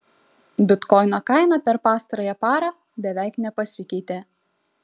bitkoino kaina per pastarąją parą beveik nepasikeitė